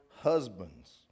husbands